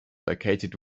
located